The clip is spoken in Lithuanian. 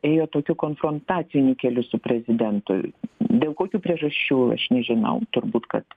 ėjo tokiu konfrontaciniu keliu su prezidentu dėl kokių priežasčių aš nežinau turbūt kad